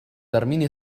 termini